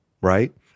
right